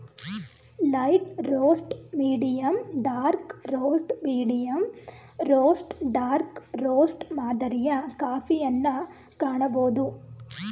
light roast, medium dark roast, medium roast dark roast ಮಾದರಿಯ ಕಾಫಿಯನ್ನು ಕಾಣಬೋದು